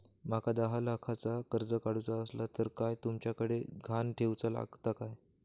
माका दहा लाखाचा कर्ज काढूचा असला तर काय तुमच्याकडे ग्हाण ठेवूचा लागात काय?